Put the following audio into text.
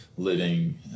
Living